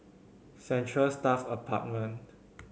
Central Staff Apartment